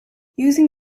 using